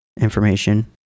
information